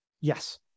Yes